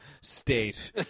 state